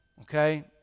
okay